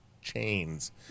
chains